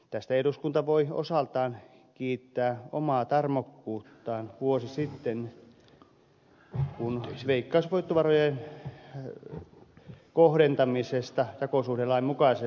tästä eduskunta voi osaltaan kiittää omaa tarmokkuuttaan vuosi sitten kun veikkausvoittovarojen kohdentamisessa toimittiin jakosuhdelain mukaisesti